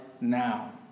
now